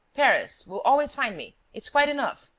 paris' will always find me. it's quite enough.